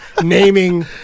Naming